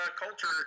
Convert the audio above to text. culture